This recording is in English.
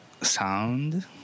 sound